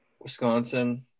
Wisconsin